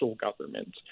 government